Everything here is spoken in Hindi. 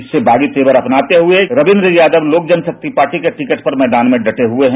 इसके बाद बागी तेवर अपनाते हुए रविंद्र यादव लोक जनशक्ति पार्टी के टिकट पर मैदान में डटे हुए हैं